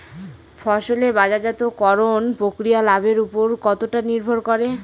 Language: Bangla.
ফসলের বাজারজাত করণ প্রক্রিয়া লাভের উপর কতটা নির্ভর করে?